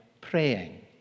praying